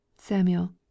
SAMUEL